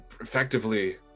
effectively